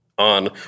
On